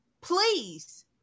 Please